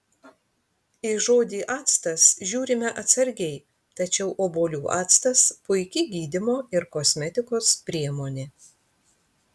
į žodį actas žiūrime atsargiai tačiau obuolių actas puiki gydymo ir kosmetikos priemonė